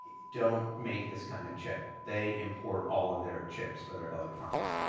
don't make this kind of chip. they import all of their chips for their electronics.